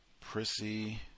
prissy